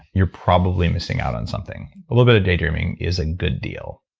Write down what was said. you're probably missing out on something. a little bit of daydreaming is a good deal,